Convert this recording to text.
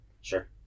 sure